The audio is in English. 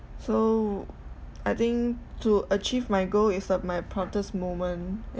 so I think to achieve my goal is uh my proudest moment ya